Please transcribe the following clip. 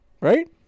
Right